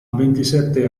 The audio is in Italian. ventisette